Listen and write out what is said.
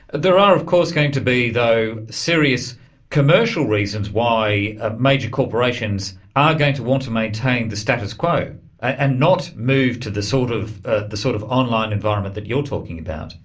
there are of course going to be, though, serious commercial reasons why ah major corporations are going to want to maintain the status quo and not move to the sort of ah the sort of online environment that you're talking about.